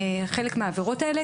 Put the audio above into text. חלק מהעבירות האלה,